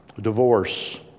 divorce